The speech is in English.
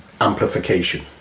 amplification